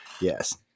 Yes